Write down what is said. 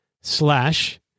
slash